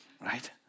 Right